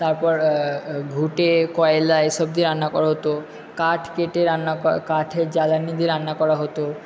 তারপর ঘুটে কয়লা এসব দিয়ে রান্না করা হতো কাঠ কেটে রান্না কাঠের জ্বালানী দিয়ে রান্না করা হতো